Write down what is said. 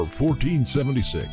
1476